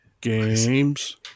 Games